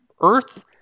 earth